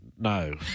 No